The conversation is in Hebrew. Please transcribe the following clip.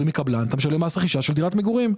מקבלן אתה משלם מס רכישה של דירת מגורים.